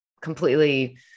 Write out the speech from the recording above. completely